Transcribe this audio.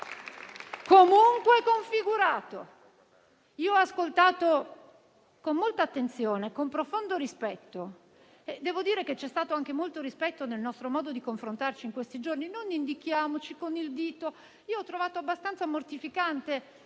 comunque configurato. Ho ascoltato con molta attenzione e con profondo rispetto, e devo dire che c'è stato anche molto rispetto nel nostro modo di confrontarci in questi giorni. Non indichiamoci con il dito; ho trovato abbastanza mortificante